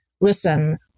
listen